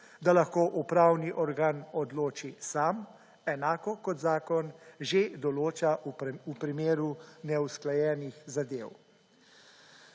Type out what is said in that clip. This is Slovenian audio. da lahko upravni organ odloči sam enako kot zakon že določa v primeru neusklajenih zadev.